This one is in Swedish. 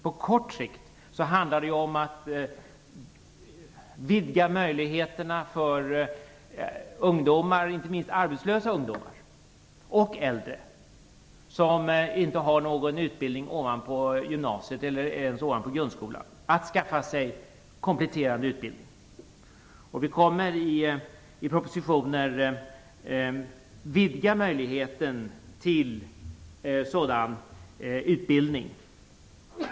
På kort sikt handlar det om att vidga möjligheterna för ungdomar, inte minst arbetslösa ungdomar, och äldre som inte har någon utbildning ovan gymnasiet eller ens ovan grundskolan att skaffa sig kompletterande utbildning. Regeringen kommer i propositioner att vidga möjligheten till sådan utbildning.